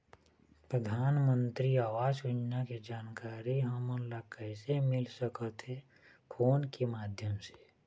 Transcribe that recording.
परधानमंतरी आवास योजना के जानकारी हमन ला कइसे मिल सकत हे, फोन के माध्यम से?